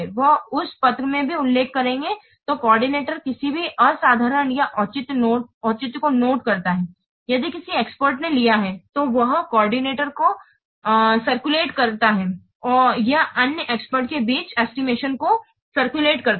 वे उस पत्र में भी उल्लेख करेंगे तो कोऑर्डिनेटर किसी भी असाधारण या औचित्य को नोट करता है यदि किसी एक्सपर्ट्स ने लिया है तो वह कोऑर्डिनेटर को किरकुलते करता है या अन्य एक्सपर्ट्स के बीच एस्टिमेशन को किरकुलते करता है